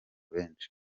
benshi